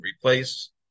replace